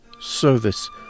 service